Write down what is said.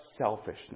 selfishness